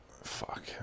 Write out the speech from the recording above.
fuck